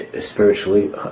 spiritually